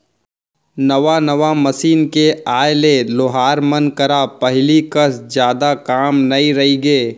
नवा नवा मसीन के आए ले लोहार मन करा पहिली कस जादा काम नइ रइगे